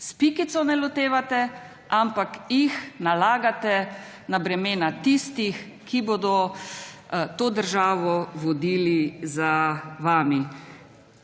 pikico ne lotevate, ampak jih nalagate na bremena tistih, ki bodo to državo vodili za vami.